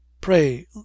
Pray